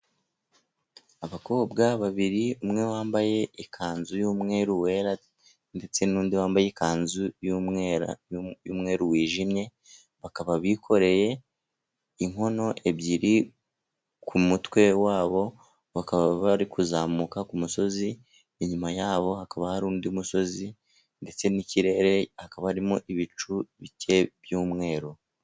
Abakobwa babiri umwe wambaye ikanzu y'umweru wera ndetse n'undi wambaye ikanzu y'umweru wijimye, bakaba bikoreye inkono ebyiri ku mutwe wabo, bakaba bari kuzamuka ku musozi, inyuma yabo hakaba hari undi musozi ndetse n'ikirere hakaba harimo ibicu bike by'umweru.